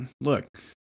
Look